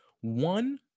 one